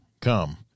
come